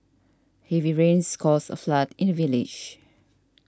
heavy rains caused a flood in village